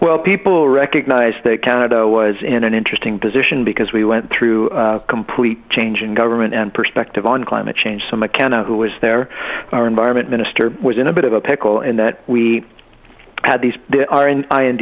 well people recognise that canada was in an interesting position because we went through a complete change in government and perspective on climate change some account of who was there our environment minister was in a bit of a pickle in that we how these are and i